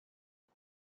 får